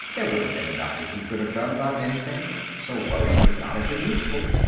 there would have been nothing he could have done about anything, so worry would not have been useful.